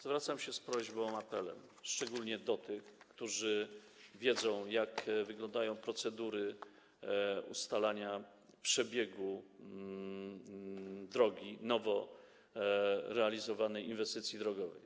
Zwracam się z prośbą i apelem szczególnie do tych, którzy wiedzą, jak wyglądają procedury ustalania przebiegu drogi, nowo realizowanej inwestycji drogowej.